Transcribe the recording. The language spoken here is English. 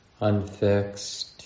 unfixed